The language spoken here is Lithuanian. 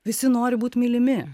visi nori būt mylimi